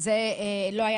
זו תקנה